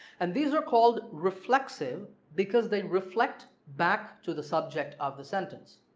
and these are called reflexive because they reflect back to the subject of the sentence.